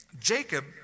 Jacob